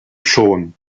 schon